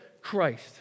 Christ